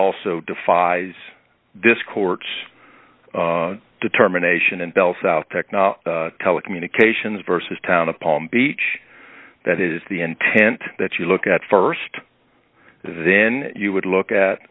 also defies this court's determination and bell south technology telecommunications versus town of palm beach that is the intent that you look at st then you would look at